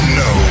no